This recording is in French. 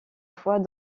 fois